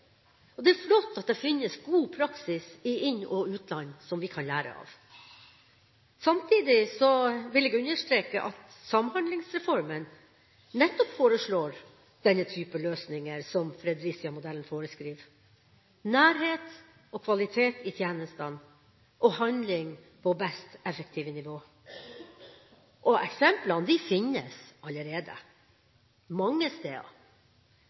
etterfølgelse. Det er flott at det finnes god praksis i inn- og utland som vi kan lære av. Samtidig vil jeg understreke at Samhandlingsreformen nettopp foreslår den type løsninger som Fredericia-modellen foreskriver – nærhet og kvalitet i tjenestene og handling på beste effektive nivå. Eksemplene finnes allerede mange steder,